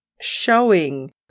showing